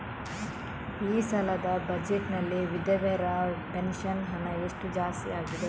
ಈ ಸಲದ ಬಜೆಟ್ ನಲ್ಲಿ ವಿಧವೆರ ಪೆನ್ಷನ್ ಹಣ ಎಷ್ಟು ಜಾಸ್ತಿ ಆಗಿದೆ?